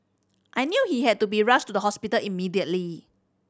I knew he had to be rushed to the hospital immediately